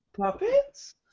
Puppets